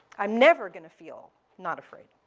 i'm never going to feel not afraid.